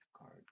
card